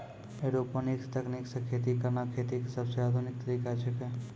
aeroponics तकनीक सॅ खेती करना खेती के सबसॅ आधुनिक तरीका छेकै